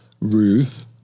Ruth